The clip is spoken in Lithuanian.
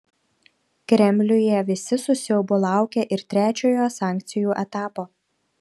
kremliuje visi su siaubu laukia ir trečiojo sankcijų etapo